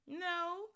No